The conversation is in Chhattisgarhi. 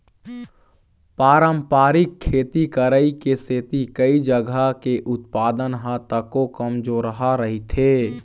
पारंपरिक खेती करई के सेती कइ जघा के उत्पादन ह तको कमजोरहा रहिथे